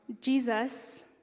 Jesus